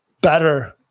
better